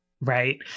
right